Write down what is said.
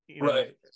right